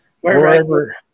wherever